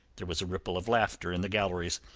there was a ripple of laughter in the galleries,